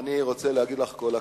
אני רוצה להגיד לך: כל הכבוד.